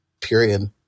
period